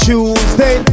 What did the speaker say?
Tuesday